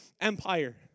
Empire